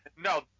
No